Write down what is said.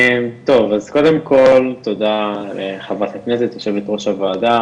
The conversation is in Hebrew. טוב אז קודם כל תודה לחברת הכנסת יושבת ראש הוועדה